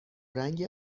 رنگ